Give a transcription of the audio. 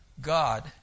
God